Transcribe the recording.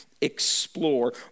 explore